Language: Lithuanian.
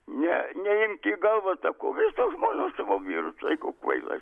ne neimk į galvą sako visos žmonos savo vyrus laiko kvailais